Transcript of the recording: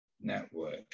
network